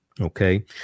Okay